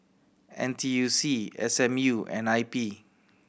N T U C S M U and I P